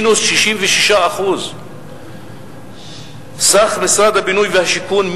מינוס 66%; סך משרד הבינוי והשיכון,